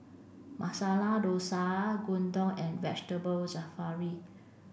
Masala Dosa Gyudon and Vegetable Jalfrezi